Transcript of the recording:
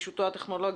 ונגישותו הטכנולוגית.